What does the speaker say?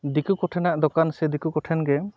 ᱫᱤᱠᱩ ᱠᱚᱴᱷᱮᱱᱟᱜ ᱫᱚᱠᱟᱱ ᱥᱮ ᱫᱤᱠᱩ ᱠᱚᱴᱷᱮᱱ ᱜᱮ